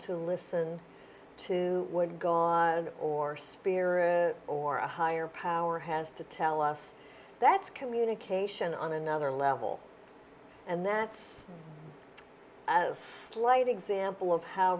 to listen to what go or spirit or a higher power has to tell us that's communication on another level and that's slight example of how